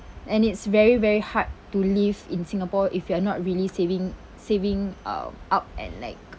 and it's very very hard to live in Singapore if you are not really saving saving uh up and like